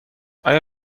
آیا